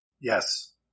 Yes